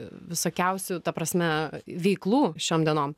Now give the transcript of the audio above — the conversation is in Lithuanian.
visokiausių ta prasme veiklų šiom dienom